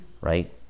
right